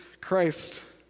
Christ